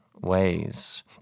ways